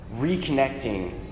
reconnecting